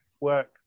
work